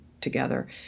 together